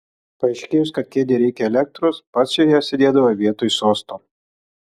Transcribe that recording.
paaiškėjus kad kėdei reikia elektros pats joje sėdėdavo vietoj sosto